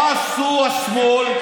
מה עשו השמאל?